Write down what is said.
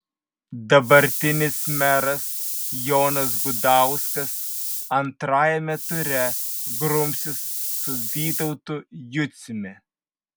dabartinis meras jonas gudauskas antrajame ture grumsis su vytautu juciumi